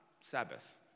Sabbath